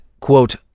quote